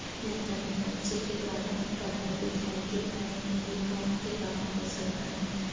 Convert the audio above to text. जाता है बच्चे के द्वारा पढ़ाई लिखाई के बारे में भी फ़ोन के द्वारा हो सकता हैं